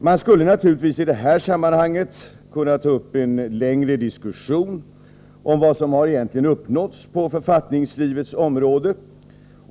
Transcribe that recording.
Vi skulle naturligtvis i detta sammanhang kunna föra en längre diskussion om vad som egentligen har uppnåtts på författningslivets område.